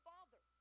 Father